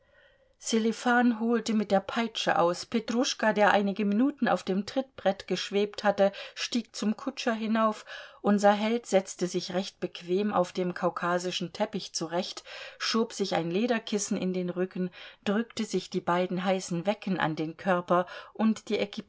sselifan holte mit der peitsche aus petruschka der einige minuten auf dem trittbrett geschwebt hatte stieg zum kutscher hinauf unser held setzte sich recht bequem auf dem kaukasischen teppich zurecht schob sich ein lederkissen in den rücken drückte sich die beiden heißen wecken an den körper und die